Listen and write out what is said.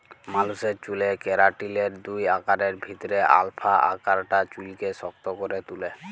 মালুসের চ্যুলে কেরাটিলের দুই আকারের ভিতরে আলফা আকারটা চুইলকে শক্ত ক্যরে তুলে